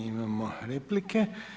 imamo replike.